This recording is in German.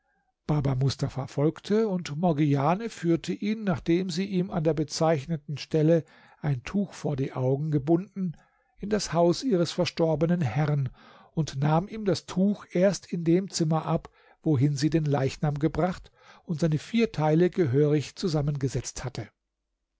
baba mustafa folgte und morgiane führte ihn nachdem sie ihm an der bezeichneten stelle ein tuch vor die augen gebunden in das haus ihres verstorbenen herrn und nahm ihm das tuch erst in dem zimmer ab wohin sie den leichnam gebracht und seine vier teile gehörig zusammengesetzt hatte